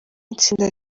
itsinda